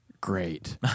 Great